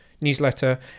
newsletter